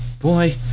Boy